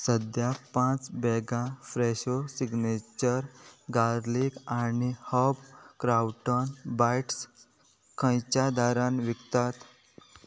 सद्या पांच बॅगां फ्रॅशो सिग्नेचर गार्लीक आनी हर्ब क्रावटन बायट्स खंयच्या दरान विकतात